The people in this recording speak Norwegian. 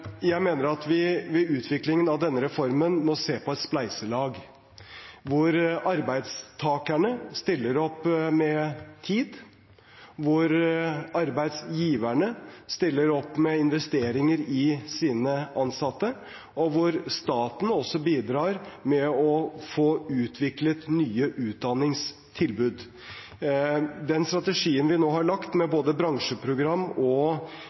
Jeg mener at vi ved utviklingen av denne reformen må se på et spleiselag, der arbeidstakerne stiller opp med tid, der arbeidsgiverne stiller opp med investeringer i sine ansatte, og der staten også bidrar med å få utviklet nye utdanningstilbud. Den strategien vi nå har lagt, med både bransjeprogrammer og